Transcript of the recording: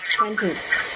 sentence